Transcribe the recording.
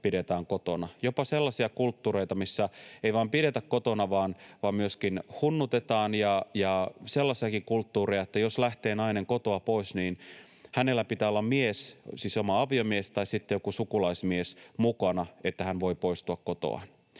pidetään kotona, jopa sellaisia kulttuureja, missä ei vain pidetä kotona vaan myöskin hunnutetaan, ja sellaisiakin kulttuureja, että jos lähtee nainen kotoa pois, niin hänellä pitää olla mies — siis oma aviomies tai sitten joku sukulaismies — mukana, että hän voi poistua kotoaan.